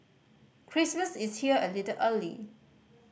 Christmas is here a little early